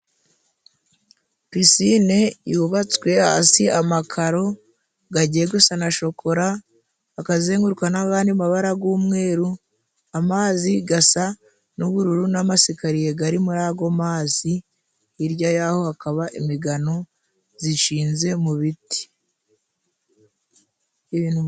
Pisine yubatswe hasi amakaro gagiye gusa na shokora akazenguruka n'abandi mabara g'umweru, amazi gasa n'ubururu n'amasikaye gari muri ago mazi, hirya yaho hakaba imigano zishinze mu biti.